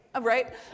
right